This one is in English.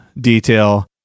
detail